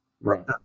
Right